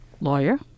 lawyer